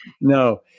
no